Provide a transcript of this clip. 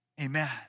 Amen